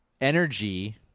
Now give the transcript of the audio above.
energy